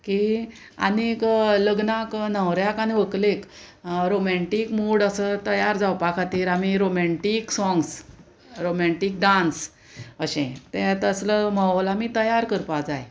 की आनीक लग्नाक न्हवऱ्याक आनी व्हंकलेक रोमेंटीक मूड असो तयार जावपा खातीर आमी रोमेंटीक सोंग्स रोमेंटीक डांस अशें तें तसलो महोल आमी तयार करपाक जाय